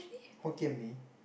Hokkien-Mee